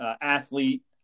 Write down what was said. Athlete